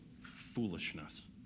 foolishness